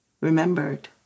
remembered